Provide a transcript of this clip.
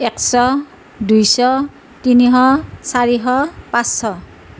এশ দুশ তিনিশ চাৰিশ পাঁচশ